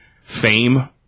fame